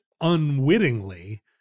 unwittingly